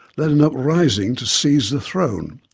led an uprising to seize the throne.